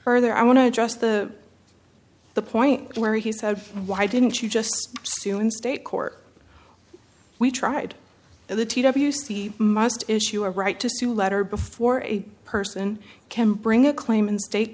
further i want to address the the point where he said why didn't you just soon state court we tried the t w c must issue a right to sue letter before a person can bring a claim in state